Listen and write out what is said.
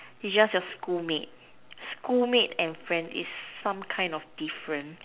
it's just your schoolmate schoolmate and friend is some kind of different